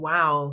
Wow